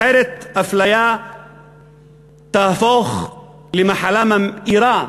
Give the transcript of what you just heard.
אחרת האפליה תהפוך למחלה ממאירה,